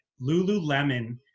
Lululemon